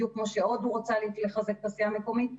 בדיוק כמו שהודו רוצה לחזק תעשייה מקומית,